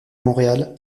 montréal